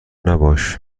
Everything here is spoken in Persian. نباش